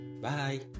bye